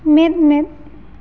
ᱢᱮᱫᱼᱢᱮᱫ